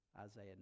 Isaiah